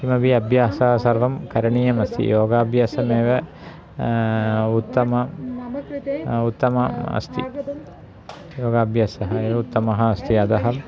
किमपि अभ्यासः सर्वं करणीयमस्ति योगाभ्यासमेव उत्तमं उत्तमम् अस्ति योगाभ्यासः एव उत्तमः अस्ति अतः